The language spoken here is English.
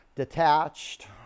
detached